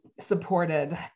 supported